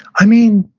i mean,